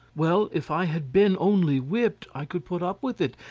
well, if i had been only whipped i could put up with it,